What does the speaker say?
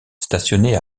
stationnée